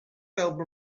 album